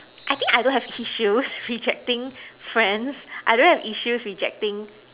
I think I don't have issues rejecting friends I don't have issues rejecting